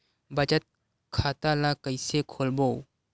बचत खता ल कइसे खोलबों?